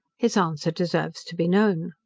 his answer deserves to be known